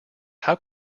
how